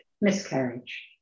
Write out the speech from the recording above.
miscarriage